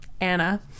Anna